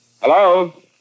Hello